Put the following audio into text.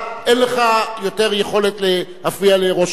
אין לך יותר יכולות להפריע לראש האופוזיציה.